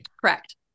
Correct